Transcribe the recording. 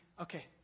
Okay